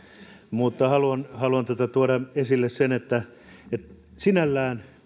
mutta haluan haluan tuoda esille sen että tämä on sinällään